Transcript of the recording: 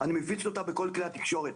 אני מפיץ אותה בכל כלי התקשורת.